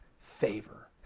Favor